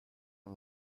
een